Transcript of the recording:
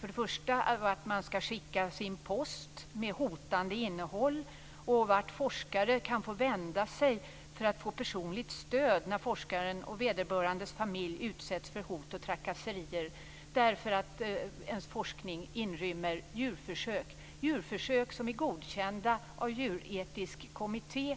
först och främst om vart man skall skicka sin post med hotande innehåll och vart forskare kan vända sig för att få personligt stöd när forskaren och vederbörandes familj utsätts för hot och trakasserier, därför att forskningen inrymmer djurförsök. Det är fråga om djurförsök som är godkända av djuretisk kommitté.